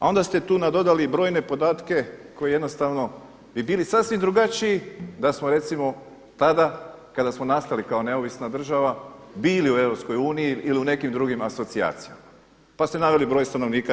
Onda ste tu nadodali i brojne podatke koji jednostavno bi bili sasvim drugačiji da smo recimo tada kada smo nastali kao neovisna država bili u Europskoj uniji ili u nekim drugim asocijacijama, pa ste naveli broj stanovnika 91.